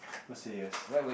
must say yes